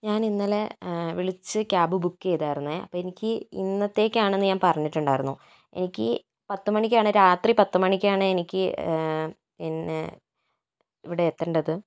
ഞാൻ ഇന്നലെ വിളിച്ച് ക്യാബ് ബുക്ക് ചെയ്തിരുന്നു അപ്പോൾ എനിക്ക് ഇന്നത്തേക്കാണെന്ന് ഞാൻ പറഞ്ഞിട്ടുണ്ടായിരുന്നു എനിക്ക് പത്തു മണിക്ക് ആണ് രാത്രി പത്തു മണിക്ക് ആണ് എനിക്ക് പിന്നെ ഇവിടെ എത്തേണ്ടത്